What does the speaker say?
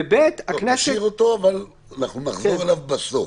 לא, תשאיר אותו, אבל אנחנו נחזור אליו בסוף.